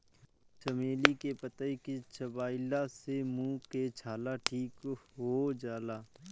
चमेली के पतइ के चबइला से मुंह के छाला ठीक हो जाला